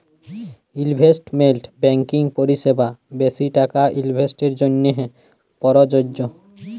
investment banking পরিসেবা বেশি টাকা ইলভেস্টের জ্যনহে পরযজ্য